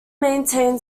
maintained